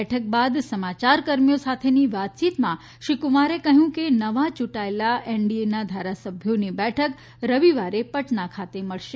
બેઠક બાદ સમાચારકર્મીઓ સાથેની વાતચીતમાં શ્રી કુમારે કહ્યું કે નવા ચૂંટાયેલા એનડીએના ધારાસભ્યોની બેઠક રવિવારે પટના ખાતે મળેશે